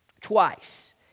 twice